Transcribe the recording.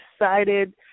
excited